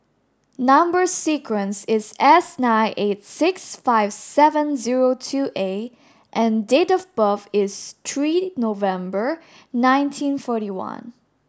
number sequence is S nine eight six five seven zero two A and date of birth is three November nineteen forty one